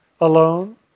alone